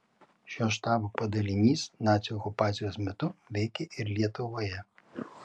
šio štabo padalinys nacių okupacijos metu veikė ir lietuvoje